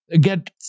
get